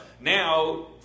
now